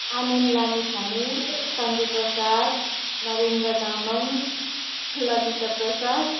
Anand Lamichhane Sanjay Prasad Narendra Tamang Lalita Prasad